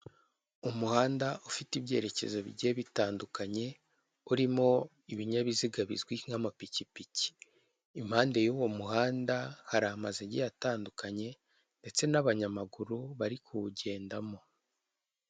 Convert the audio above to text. Umuhanda ufite ibyerekezo bigiye bitandukanye urimo ibinyabiziga bizwi nk'amapikipiki, impande y'uwo muhanda hari amazu agiye atandukanye ndetse n'abanyamaguru bari kuwugendamo.